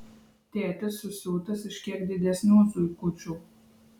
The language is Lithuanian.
tėtis susiūtas iš kiek didesnių zuikučių